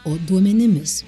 o duomenimis